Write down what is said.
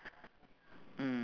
mm